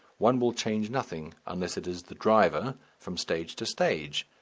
one will change nothing unless it is the driver from stage to stage.